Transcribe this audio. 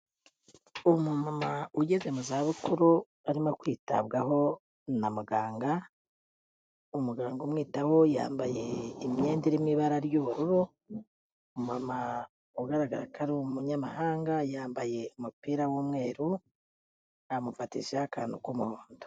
Umumama ugeze mu zabukuru, arimo kwitabwaho na muganga, umuganga umwitaho yambaye imyenda iri mu ibara ry'ubururu, umumama ugaragara ko ari umunyamahanga yambaye umupira w'umweru, amufatatishaho akantu k'umuhondo.